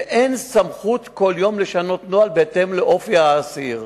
ואין סמכות לשנות כל יום נוהל בהתאם לאופי האסיר.